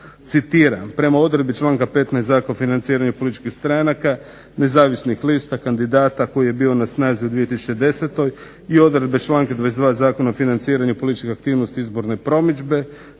citiram: "Prema odredbi članka 15. Zakona o financiranju političkih stranaka, nezavisnih lista, kandidata koji je bio na snazi u 2010. i odredbe članka 22. Zakona o financiranju političkih aktivnosti i izborne promidžbe